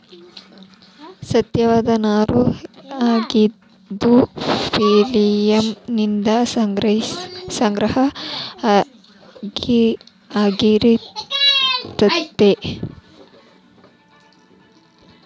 ಸಸ್ಯದ ನಾರು ಆಗಿದ್ದು ಪ್ಲೋಯಮ್ ನಿಂದ ಸಂಗ್ರಹ ಆಗಿರತತಿ